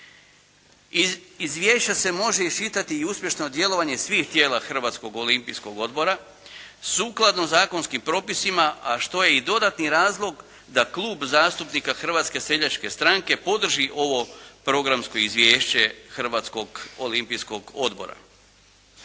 Iz izvješća se može iščitati i uspješno djelovanje iz svih tijela Hrvatskog olimpijskog odbora sukladno zakonskim propisima, a što je i dodatni razlog da Klub zastupnika Hrvatske seljačke stranke podrži ovo programsko izvješće Hrvatskog olimpijskog odbora.